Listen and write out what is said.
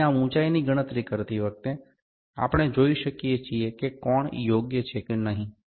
તેથી આ ઉંચાઇની ગણતરી કરતી વખતે આપણે જોઈ શકીએ છીએ કે કોણ યોગ્ય છે કે નહીં